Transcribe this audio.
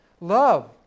love